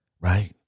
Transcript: right